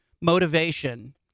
motivation